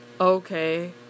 okay